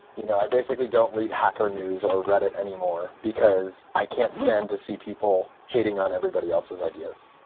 you know i basically don't read hacker news or reddit anymore, because i can't stand to see people hating on everybody else's ideas.